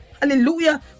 hallelujah